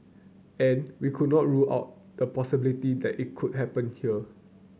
and we could not rule out the possibility that it could happen here